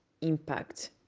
impact